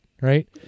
right